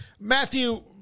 Matthew